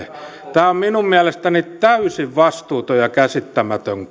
tämä on minun mielestäni täysin vastuuton ja käsittämätön